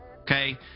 Okay